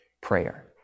prayer